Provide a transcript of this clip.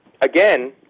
again